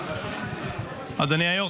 18,000. אדוני היו"ר,